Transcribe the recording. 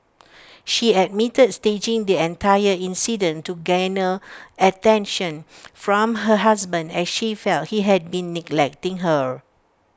she admitted staging the entire incident to garner attention from her husband as she felt he had been neglecting her